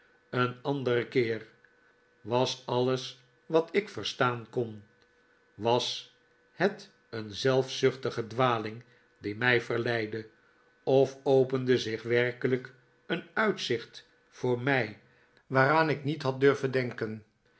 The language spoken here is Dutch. een anderen keer was alles wat ik verstaan kon was het een zelfzuchtige dwaling die mij verleidde of opende zich werkelijk een uitzicht voor mij waaraan ik niet had durven denken